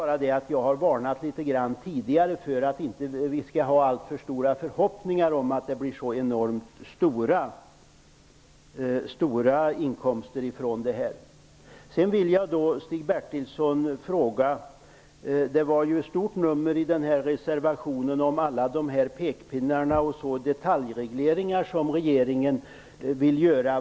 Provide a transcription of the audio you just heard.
Jag har tidigare varnat litet grand för att vi inte skall ha alltför stora förhoppningar om att inkomsterna från detta blir så enormt höga. reservationen gjorde man ett stort nummer av alla pekpinnar och de detaljregleringar som regeringen vill göra.